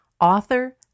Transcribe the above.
author